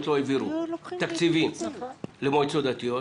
לא העבירו תקציבים למועצות הדתיות,